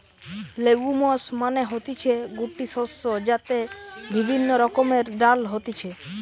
legumes মানে হতিছে গুটি শস্য যাতে বিভিন্ন রকমের ডাল হতিছে